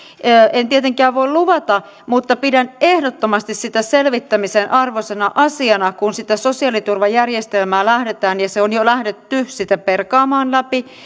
en tietenkään voi luvata mutta pidän ehdottomasti sitä selvittämisen arvoisena asiana kun sitä sosiaaliturvajärjestelmää lähdetään ja on jo lähdetty perkaamaan